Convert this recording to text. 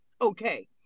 okay